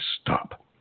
stop